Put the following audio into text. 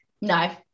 No